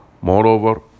Moreover